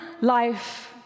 life